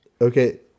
Okay